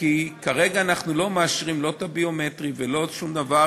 כרגע אנחנו לא מאשרים לא את הביומטרי ולא שום דבר,